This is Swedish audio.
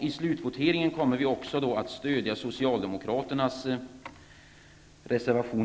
I slutvoteringen kommer vi att stödja socialdemokraternas reservation